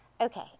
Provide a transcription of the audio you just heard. Okay